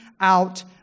out